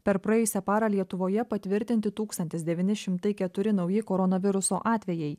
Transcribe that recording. per praėjusią parą lietuvoje patvirtinti tūkstantis devyni šimtai keturi nauji koronaviruso atvejai